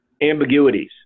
ambiguities